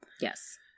Yes